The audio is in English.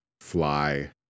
fly